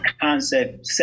concept